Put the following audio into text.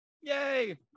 yay